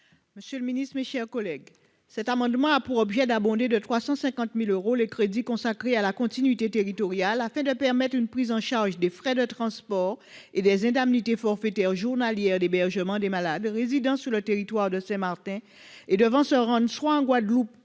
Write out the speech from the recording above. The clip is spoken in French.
: La parole est à Mme Annick Petrus. Cet amendement a pour objet d'abonder de 350 000 euros les crédits consacrés à la continuité territoriale, afin de permettre une prise en charge des frais de transport et des indemnités forfaitaires journalières d'hébergement des malades résidant sur le territoire de Saint-Martin et devant se rendre en Guadeloupe,